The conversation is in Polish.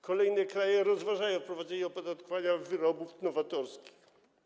Kolejne kraje rozważają wprowadzenie opodatkowania wyrobów nowatorskich.